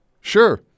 Sure